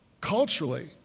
culturally